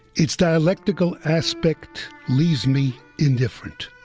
its dialectical aspect leaves me indifferent.